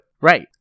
Right